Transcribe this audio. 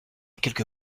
quelque